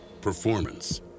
performance